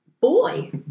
boy